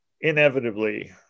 inevitably